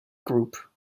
group